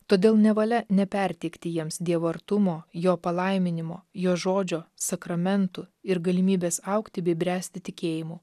todėl nevalia neperteikti jiems dievo artumo jo palaiminimo jo žodžio sakramentų ir galimybės augti bei bręsti tikėjimu